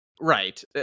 right